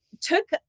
took